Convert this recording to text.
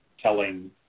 telling